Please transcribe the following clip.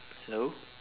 hello